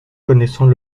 connaissant